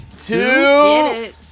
Two